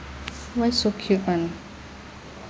why so cute one